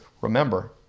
remember